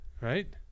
right